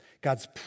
God's